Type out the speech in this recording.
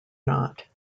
not